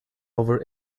over